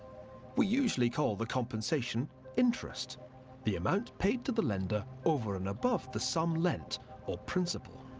we usually call the compensation interest' the amount paid to the lender over and above the sum lent or principal'.